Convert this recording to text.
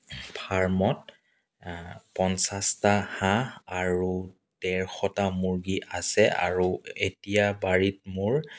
ফাৰ্মত পঞ্চাছটা হাঁহ আৰু ডেৰশটা মুৰ্গী আছে আৰু এতিয়া বাৰীত মোৰ